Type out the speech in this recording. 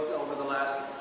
over the last